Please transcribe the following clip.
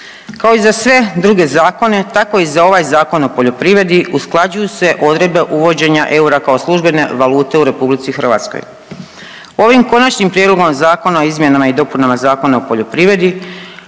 Kao i za sve druge zakone tako i za ovaj Zakon o poljoprivredi usklađuju se odredbe uvođenja eura kao službene valute u RH. Ovim Konačnim prijedlogom Zakona o izmjenama i dopunama Zakona o poljoprivredi